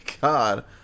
God